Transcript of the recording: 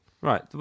Right